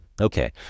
Okay